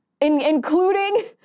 including